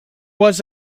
was